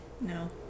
No